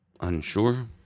unsure